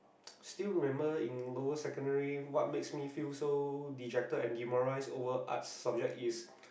still remember in lower secondary what makes me feel so dejected and demoralize over art subject is